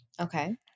Okay